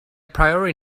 priori